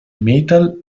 metal